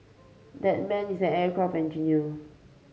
that man is an aircraft engineer